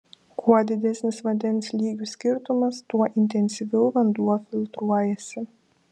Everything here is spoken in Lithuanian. kuo didesnis vandens lygių skirtumas tuo intensyviau vanduo filtruojasi